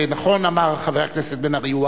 ונכון אמר חבר הכנסת בן-ארי,